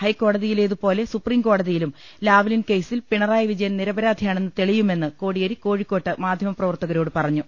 ഹൈക്കോടതിയിലേത്പോലെ supreme കോടതിയിലും Lavalin കേസിൽ പിണറായി വിജയൻ നിരപരാധിയാ ണെന്ന് തെളിയുമെന്ന് കോടിയേരി കോഴിക്കോട്ട് മാധ്യമപ്രവർത്തകരോട് പറഞ്ഞു